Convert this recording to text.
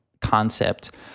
concept